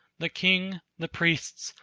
the king, the priests,